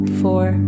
four